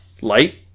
light